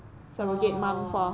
orh